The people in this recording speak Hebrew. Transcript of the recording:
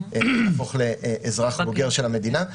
הופכים לאזרח בוגר של המדינה,